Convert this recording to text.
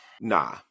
nah